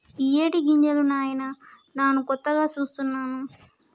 ఇయ్యేటి గింజలు నాయిన నాను కొత్తగా సూస్తున్నాను